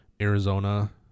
Arizona